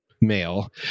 male